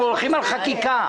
אנחנו הולכים על חקיקה.